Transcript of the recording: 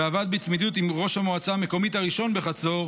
ועבד בצמידות עם ראש המועצה המקומית הראשון בחצור